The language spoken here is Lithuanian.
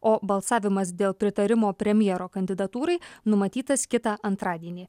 o balsavimas dėl pritarimo premjero kandidatūrai numatytas kitą antradienį